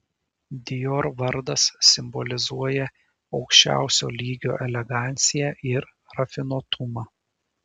dior vardas simbolizuoja aukščiausio lygio eleganciją ir rafinuotumą